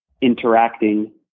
interacting